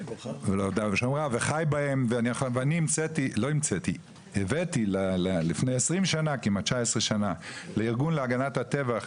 ולעובדה ולשומרה וחי בהם ואני הבאתי לפני 19 שנה לארגון להגנת הטבע,